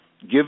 give